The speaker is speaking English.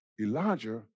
Elijah